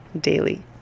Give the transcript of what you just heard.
daily